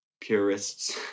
purists